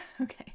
Okay